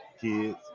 kids